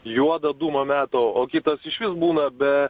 juodą dūmą meta o kitos išvis būna be